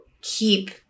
keep